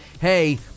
Hey